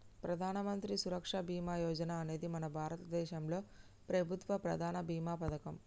ప్రధానమంత్రి సురక్ష బీమా యోజన అనేది మన భారతదేశంలో ప్రభుత్వ ప్రధాన భీమా పథకం